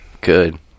Good